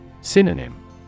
Synonym